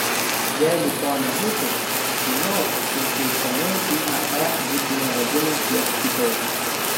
jeigu to nebūtų aš manau mes jau senai iae būtumėme vadinę kiek kitaip